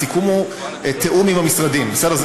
הסיכום הוא תיאום עם המשרדים, בסדר?